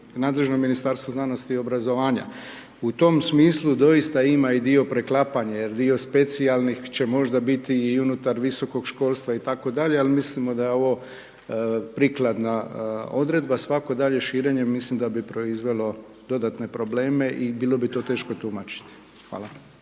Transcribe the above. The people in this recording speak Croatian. nadležno Ministarstvo znanosti i obrazovanja. U tom smislu doista ima i dio preklapanja, jer dio specijalnih će možda biti i unutar visokog školstva itd. ali mislimo da je ovo prikladna odredba, svako daljnje širenje, mislim da bi proizvelo dodatne probleme i bilo bi to teško tumačiti, hvala.